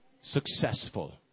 Successful